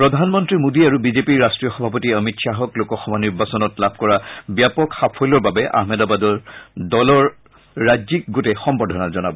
প্ৰধানমন্তী মোদী আৰু বিজেপিৰ ৰাষ্টীয় সভাপতি অমিত খাহক লোকসভা নিৰ্বাচনত লাভ কৰা ব্যাপক সাফল্যৰ বাবে আহমেদাবাদত দলৰ ৰাজ্যিক গোটে সম্বৰ্ধনা জনাব